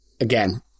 again